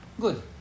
Good